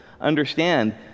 understand